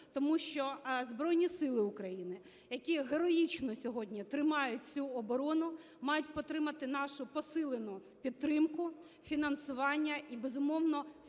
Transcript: тому що Збройні Сили України, які героїчно сьогодні тримають всю оборону, мають отримати нашу посилену підтримку, фінансування і, безумовно,